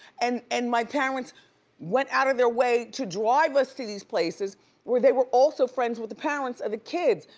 and and my parents went outta their way to drive us to these places where they were also friends with the parents of the kids.